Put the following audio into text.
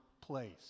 place